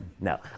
No